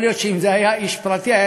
יכול להיות שאם זה היה איש פרטי היה